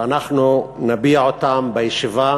ואנחנו נביע אותם בישיבה